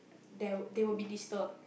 there they will be disturbed